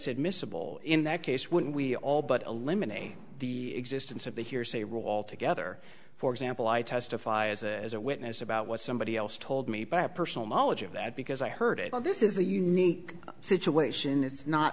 admissible in that case wouldn't we all but eliminated the existence of the hearsay rule altogether for example i testify as as a witness about what somebody else told me but i have personal knowledge of that because i heard it well this is a unique situation it's not